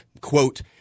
quote